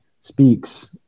speaks